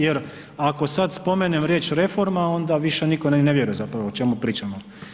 Jer ako sad spomenem riječ reforma onda više nitko ni ne vjeruje zapravo o čemu pričamo.